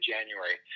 January